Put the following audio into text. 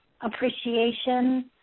appreciation